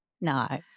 No